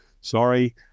Sorry